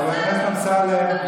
חבר הכנסת אמסלם,